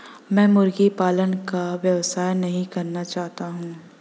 मैं मुर्गी पालन का व्यवसाय नहीं करना चाहता हूँ